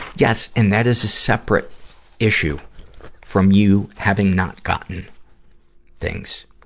yes, and that is a separate issue from you having not gotten things.